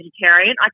vegetarian